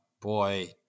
boy